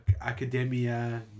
Academia